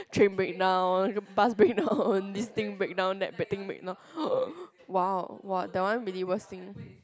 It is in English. train break down bus break down this thing break down that br~ thing break down !wow! that one really worst thing